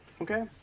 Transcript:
okay